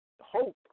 hope